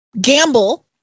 gamble